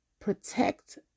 protect